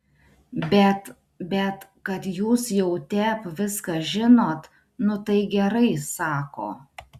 bet bet kad jūs jau tep viską žinot nu tai gerai sako